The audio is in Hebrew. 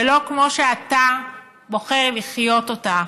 ולא כמו שאתה בוחר לחיות אותה.